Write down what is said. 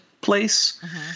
place